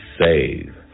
save